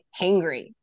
hangry